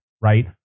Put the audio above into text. right